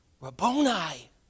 Rabboni